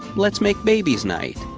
let's-make-babies night!